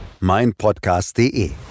meinpodcast.de